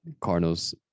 Cardinals